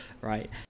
right